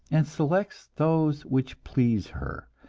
and selects those which please her,